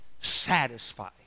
satisfy